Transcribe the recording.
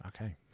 Okay